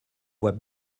voit